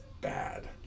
bad